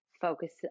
focus